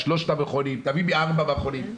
תביא מארבע מכונים,